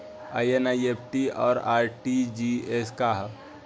ई एन.ई.एफ.टी और आर.टी.जी.एस का ह?